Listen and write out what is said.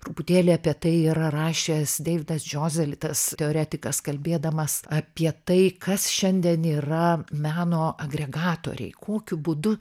truputėlį apie tai yra rašęs deividas džozalitas teoretikas kalbėdamas apie tai kas šiandien yra meno agregatoriai kokiu būdu